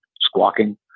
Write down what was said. squawking